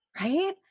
right